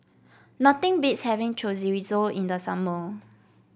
nothing beats having Chorizo in the summer